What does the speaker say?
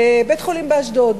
בית-חולים באשדוד: